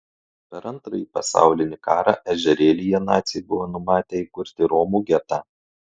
per antrąjį pasaulinį karą ežerėlyje naciai buvo numatę įkurti romų getą